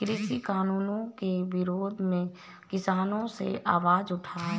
कृषि कानूनों के विरोध में किसानों ने आवाज उठाई